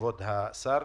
כבוד השר.